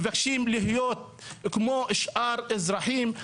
מבקשים להיות כמו שאר האזרחים.